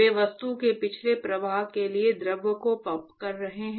वे वस्तु के पिछले प्रवाह के लिए द्रव को पंप कर रहे हैं